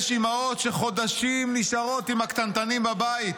יש אימהות שחודשים נשארות עם הקטנטנים בבית.